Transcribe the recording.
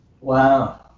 Wow